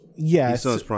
Yes